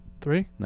Three